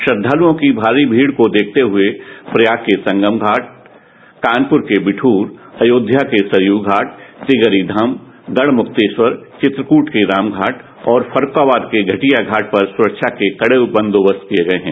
श्रद्धालुओं की भारी भीड़ को देखते हुए प्रयाग के संगम घाट कानपुर के बिठूर अयोध्या के सरयू घाट तिगरी धाम गढ़मुक्तेश्वर चित्रकूट के रामघाट और फर्रूखाबाद के घटिया घाट पर सुरक्षा के कड़े बंदोबस्त किए गये हैं